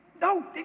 no